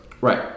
Right